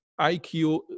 IQ